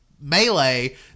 Melee